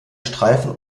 streifen